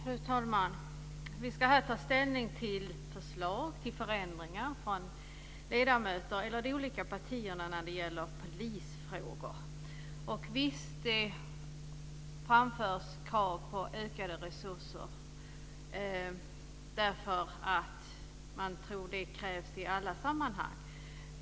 Fru talman! Vi ska här ta ställning till förslag om förändringar från ledamöter eller de olika partierna när det gäller polisfrågor. Det framförs krav på ökade resurser därför att man tror att det krävs i alla sammanhang.